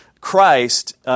Christ